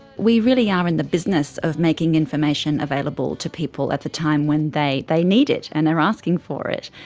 we really are in the business of making information available to people at the time when they they need it and they are asking for it.